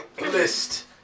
list